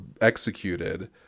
executed